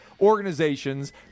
organizations